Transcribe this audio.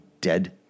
dead